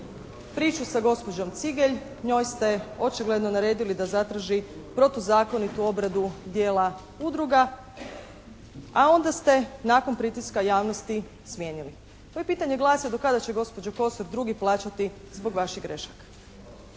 priču sa gospođom Cigelj. Njoj ste očigledno naredili da zatraži protuzakonitu obradu dijela udruga a onda ste nakon pritiska javnosti smijenili. To je pitanje glasa do kada će gospođo Kosor drugi plaćati zbog vaših grešaka.